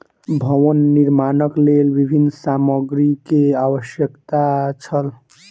भवन निर्माणक लेल विभिन्न सामग्री के आवश्यकता छल